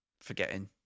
forgetting